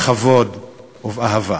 בכבוד ובאהבה.